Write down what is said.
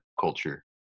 culture